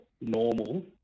normal